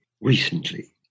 recently